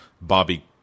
Bobby